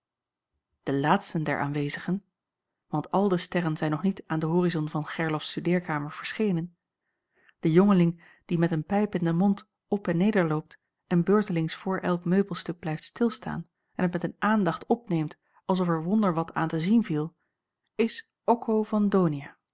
de laatste der aanwezigen want al de sterren zijn nog niet aan den horizon van gerlofs studeerkamer verschenen de jongeling die met een pijp in den mond op en neder loopt en beurtelings voor elk meubelstuk blijft stilstaan en het met een aandacht opneemt als of er wonderwat aan te zien viel is occo van donia